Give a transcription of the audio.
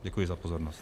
Děkuji za pozornost.